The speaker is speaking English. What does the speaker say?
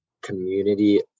community